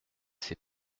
s’est